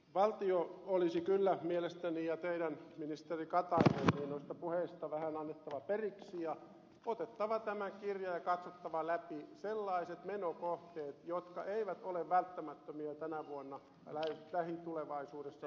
valtion olisi kyllä mielestäni ja teidän ministeri katainen noista puheistanne vähän annettava periksi ja otettava tämä kirja ja katsottava läpi sellaiset menokohteet jotka eivät ole välttämättömiä tänä vuonna ja lähitulevaisuudessa toteuttaa